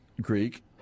Greek